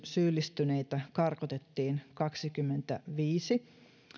syyllistyneitä karkotettiin kaksikymmentäviisi